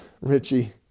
Richie